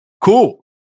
Cool